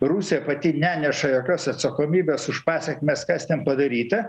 rusija pati neneša jokios atsakomybės už pasekmes kas ten padaryta